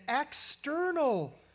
external